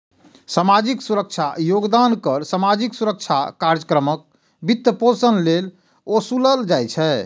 सामाजिक सुरक्षा योगदान कर सामाजिक सुरक्षा कार्यक्रमक वित्तपोषण लेल ओसूलल जाइ छै